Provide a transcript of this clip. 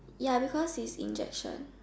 ya because it's injection